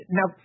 Now